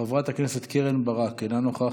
חבר הכנסת עופר כסיף, אינו נוכח,